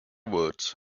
words